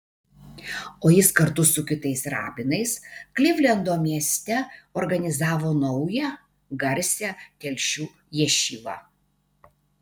o jis kartu su kitais rabinais klivlendo mieste organizavo naują garsią telšių ješivą